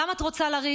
למה את רוצה לריב?